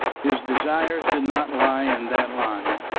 his desires did not lie in that line.